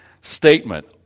statement